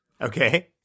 Okay